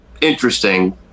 interesting